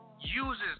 uses